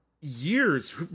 years